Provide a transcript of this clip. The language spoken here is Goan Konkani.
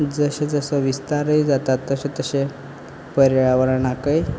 जसो जसो विस्तारय जाता तसो पर्यावरणाकय